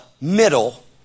middle